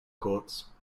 courts